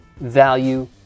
value